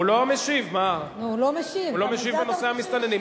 הוא לא המשיב בנושא המסתננים.